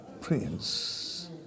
Prince